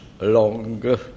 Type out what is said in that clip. long